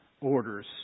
orders